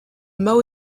mao